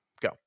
Go